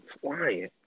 flying